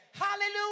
Hallelujah